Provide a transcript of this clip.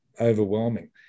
overwhelming